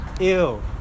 Ew